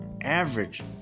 Average